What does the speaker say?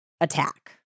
attack